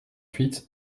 huit